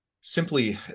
simply